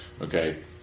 Okay